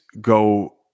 go